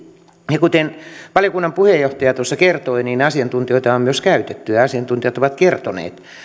ja kuten valiokunnan puheenjohtaja tuossa kertoi asiantuntijoita on on myös käytetty ja asiantuntijat ovat kertoneet